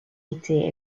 été